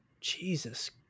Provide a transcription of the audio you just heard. Jesus